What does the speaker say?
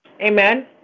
Amen